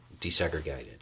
desegregated